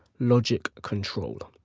logic control.